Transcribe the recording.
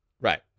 Right